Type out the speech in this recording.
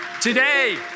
Today